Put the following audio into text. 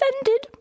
offended